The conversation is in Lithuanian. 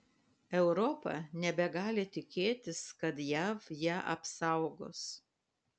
europa nebegali tikėtis kad jav ją apsaugos